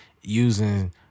using